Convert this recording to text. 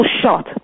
shot